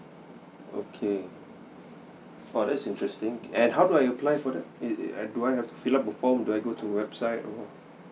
okay !wah! that's interesting and how do I apply for that err err do I have to fill up a form do I go to a website or